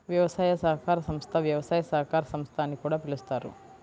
వ్యవసాయ సహకార సంస్థ, వ్యవసాయ సహకార సంస్థ అని కూడా పిలుస్తారు